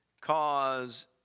cause